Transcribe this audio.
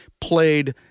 played